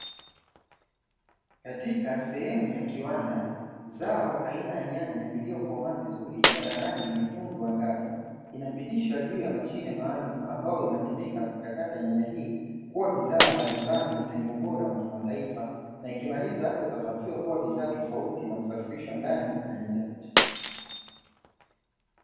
Katika sehemu ya kiwanda zao aina ya nyanya lililokomaa vizuri likiwa na rangi nyekundu angavu, inapitishwa juu ya mashine maalumu, ambayo inatumika kuchakata nyanya hii, kuwa bidhaa mbalimbali zenye ubora wa kimataifa, na ikimaliza hapa zitapakiwa kuwa bidhaa tofauti na kusafirishwa ndani na nje ya nchi.